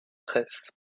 press